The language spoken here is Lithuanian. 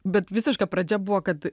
bet visiška pradžia buvo kad